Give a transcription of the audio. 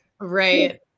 right